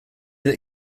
that